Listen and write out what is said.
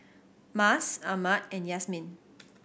Mas Ahmad and Yasmin